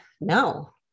no